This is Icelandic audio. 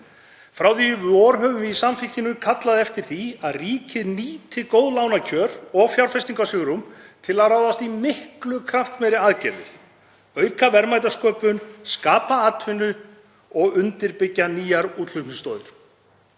Frá því í vor höfum við í Samfylkingunni kallað eftir því að ríkið nýti góð lánakjör og fjárfestingarsvigrúm til að ráðast í miklu kraftmeiri aðgerðir, auka verðmætasköpun, skapa atvinnu og undirbyggja nýjar útflutningsstoðir.